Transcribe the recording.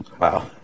Wow